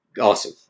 Awesome